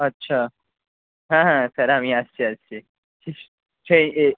আচ্ছা হ্যাঁ হ্যাঁ স্যার আমি আসছি আসছি সেই এ